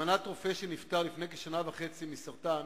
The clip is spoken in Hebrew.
אלמנת רופא שנפטר לפני כשנה וחצי מסרטן,